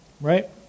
Right